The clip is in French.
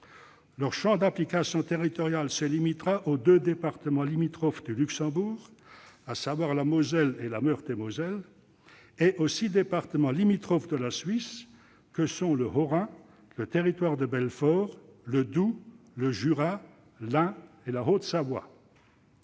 Leur champ d'application territorial se limitera aux deux départements limitrophes du Luxembourg, à savoir la Moselle et la Meurthe-et-Moselle, et aux six départements limitrophes de la Suisse que sont le Haut-Rhin, le Territoire de Belfort, le Doubs, le Jura, l'Ain et la Haute-Savoie.